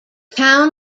town